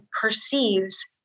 perceives